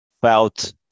felt